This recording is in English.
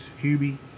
Hubie